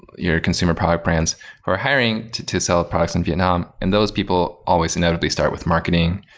your consumer product brands are hiring to to sell products in vietnam, and those people always notably start with marketing,